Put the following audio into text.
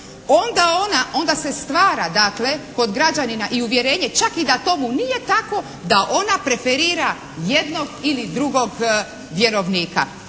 onda ona, onda se stvara dakle kod građanina i uvjerenje čak i da tomu nije tako da ona preferira jednog ili drugog vjerovnika.